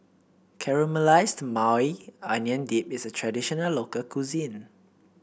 Caramelized Maui Onion Dip is a traditional local cuisine